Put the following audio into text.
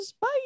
Bye